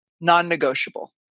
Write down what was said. non-negotiable